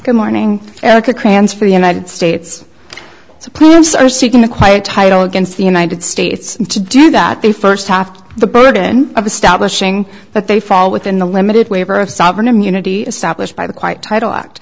good morning america transfer the united states plans are seeking a quiet title against the united states to do that the st half the burden of establishing that they fall within the limited waiver of sovereign immunity established by the quite title act